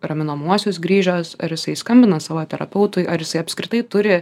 raminamuosius grįžęs ar jisai skambina savo terapeutui ar jisai apskritai turi